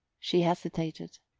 she hesitated.